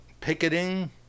picketing